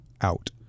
out